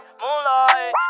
moonlight